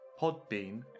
Podbean